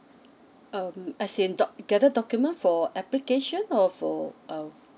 uh as in doc~ gather document for application or for uh